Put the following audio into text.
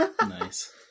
Nice